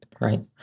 Right